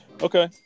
Okay